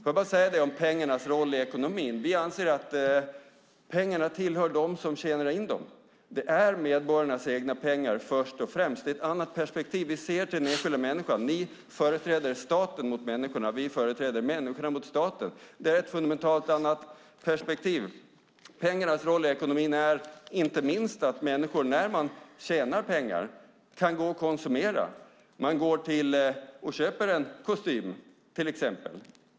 När det gäller pengarnas roll i ekonomin anser vi att pengarna tillhör dem som tjänar in dem. Det är först och främst medborgarnas egna pengar. Det är ett annat perspektiv. Vi ser till den enskilda människan. Ni företräder staten mot människorna, vi företräder människorna mot staten. Det är ett fundamentalt annat perspektiv. Pengarnas roll i ekonomin är inte minst att människor när de tjänar pengar kan gå och konsumera. Man köper till exempel en kostym.